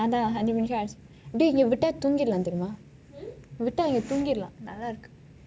அதான் ஐந்சு மணி ஆயிச்சு டே இங்கே விட்டா தூங்கிடலாம் தெரியுமா:athaan ainthu mani ayichu dei inkei vitta thunkidalam theriyuma